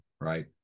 right